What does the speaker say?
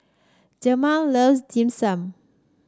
Jemal loves Dim Sum